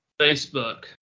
Facebook